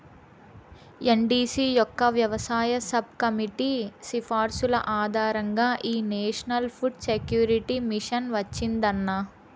NDC యొక్క వ్యవసాయ sub committee సిఫార్సుల ఆధారంగా ఈ నేషనల్ ఫుడ్ సెక్యూరిటీ మిషన్ వచ్చిందన్న